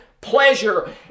pleasure